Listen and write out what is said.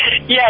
Yes